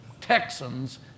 Texans